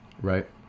right